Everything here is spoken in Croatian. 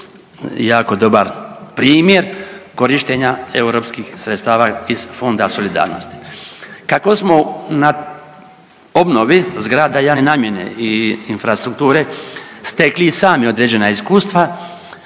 jako dobar primjer korištenja europskih sredstava iz Fonda solidarnosti. Kako smo na obnovi zgrada javne namjene i infrastrukture stekli i sami određena iskustva